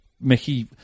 Mickey